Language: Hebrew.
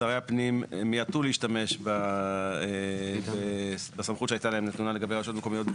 שרי הפנים מיעטו להשתמש בסמכות שהייתה להם נתונה לגבי רשויות מקומיות,